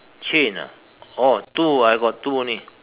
chain ah oh two I got two only